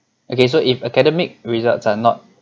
okay so if academic results are not